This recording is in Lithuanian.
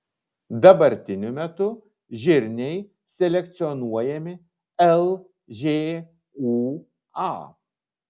dabartiniu metu žirniai selekcionuojami lžūa